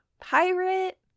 Pirate